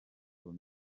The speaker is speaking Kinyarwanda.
col